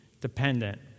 dependent